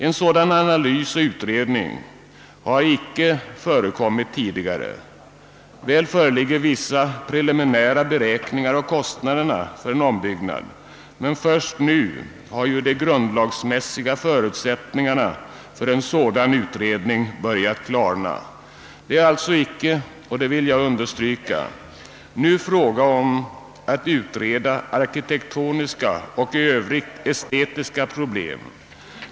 En sådan analys har icke företagits tidigare. Väl föreligger vissa preliminära beräkningar av kostnaderna för en ombyggnad, men först nu har ju de grundlagsmässiga förutsättningarna för en sådan utredning börjat klarna. Det är alltså icke, och det vill jag understryka, fråga om att nu utreda arkitektoniska och estetiska problem.